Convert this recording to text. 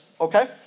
Okay